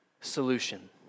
solution